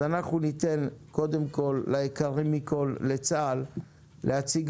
אז אנחנו ניתן קודם כל ליקרים מכל לצה"ל להציג